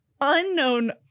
unknown